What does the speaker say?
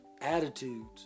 attitudes